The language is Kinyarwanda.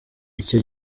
icyo